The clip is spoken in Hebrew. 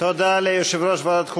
תודה ליושב-ראש ועדת החוקה,